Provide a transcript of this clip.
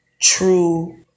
true